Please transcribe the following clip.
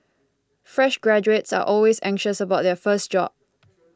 fresh graduates are always anxious about their first job